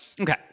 okay